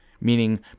meaning